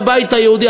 הבית היהודי,